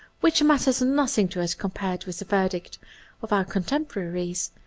which matters nothing to us compared with the verdict of our contemporaries,